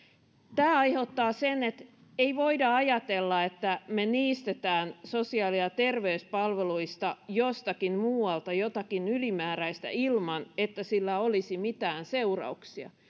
tämä aiheuttaa sen että ei voida ajatella että me niistämme sosiaali ja terveyspalveluista jostakin muualta jotakin ylimääräistä ilman että sillä olisi mitään seurauksia